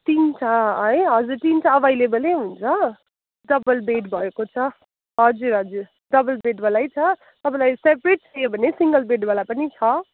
तिनवटा अरे हजुर तिनवटा अभाएलेबलै हुन्छ डबल बेड भएको छ हजुर हजुर डबल बेड वालै छ तपाईँलाई सेपरेट चाहियो भने सिङ्गल बेड वाला पनि छ